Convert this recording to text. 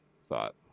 thought